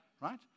right